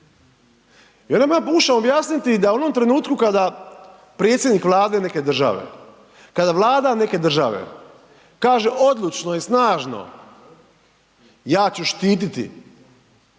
i onda mu ja pokušavam objasniti da u onom trenutku kada predsjednik Vlade neke države, kada Vlada neke države kaže odlučno i snažno ja ću štiti